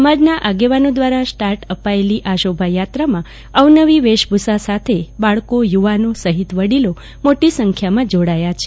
સમાજના આગેવાનો દ્રારા સ્ટાર્ટ આપી શરૂ કરેલી આ શોભાયાત્રામાં પરંપરાગત વેશભુષા સાથે બાળકો યુવાનો સહિત વડીલો મોટી સંખ્યામાં જોડાયા છે